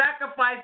sacrifice